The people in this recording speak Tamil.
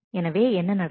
எனவே என்ன நடக்கும்